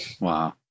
Wow